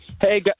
Hey